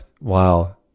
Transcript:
Wow